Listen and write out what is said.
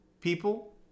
people